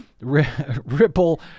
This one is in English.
Ripple